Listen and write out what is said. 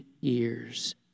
years